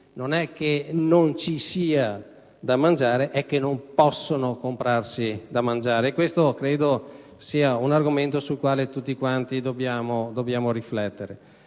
non è che non c'è da mangiare, ma che non possono comprarsi da mangiare, e credo che questo sia un argomento sul quale tutti quanti dobbiamo riflettere.